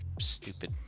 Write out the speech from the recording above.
stupid